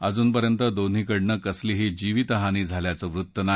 अजूनपर्यंत दोन्हीकडनं कसलीही जीवितहानी झाल्याचं वृत्त नाही